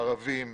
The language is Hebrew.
ערבים,